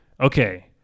Okay